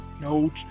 No